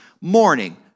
morning